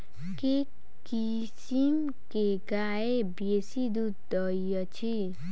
केँ किसिम केँ गाय बेसी दुध दइ अछि?